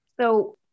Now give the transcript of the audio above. So-